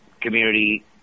community